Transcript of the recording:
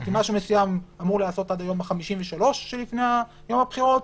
אם משהו מסוים אמור להיעשות עד היום ה-53 שלפני יום הבחירות,